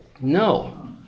No